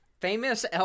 Famous